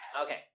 Okay